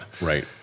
right